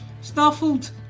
Snuffled